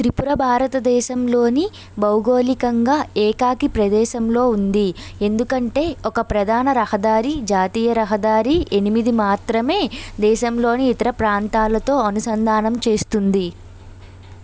త్రిపుర భారతదేశంలోని భౌగోళికంగా ఏకాకి ప్రదేశంలో ఉంది ఎందుకంటే ఒక ప్రధాన రహదారి జాతీయ రహదారి ఎనిమిది మాత్రమే దేశంలోని ఇతర ప్రాంతాలతో అనుసంధానం చేస్తుంది